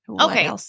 okay